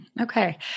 Okay